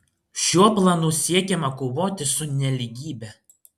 šiuo planu siekiama kovoti su nelygybe